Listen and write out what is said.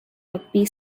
rugby